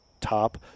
top